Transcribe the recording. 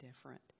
different